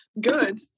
good